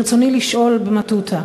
ברצוני לשאול, במטותא,